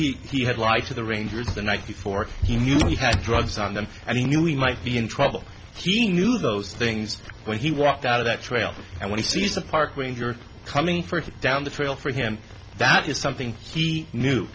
knew he had lied to the rangers the night before he knew he had drugs on them and he knew he might be in trouble he knew those things when he walked out of the trail and when he sees a park ranger coming further down the trail for him that is something he knew